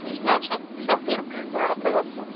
तो इसमें आप सब सॉफ्टवेयर अपडेट कराना पड़ेगा आपको